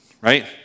right